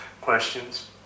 questions